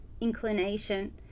inclination